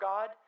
God